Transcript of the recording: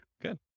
Good